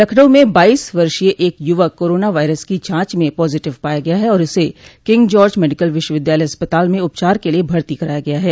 लखनऊ में बाइस वर्षीय एक युवक कोराना वायरस की जांच में पॉजिटिव पाया गया है और उसे किंग जार्ज मेडिकल विश्वविद्यालय अस्पताल में उपचार के लिए भर्ती कराया गया है